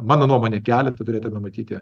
mano nuomone keletą turėtume matyti